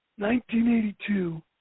1982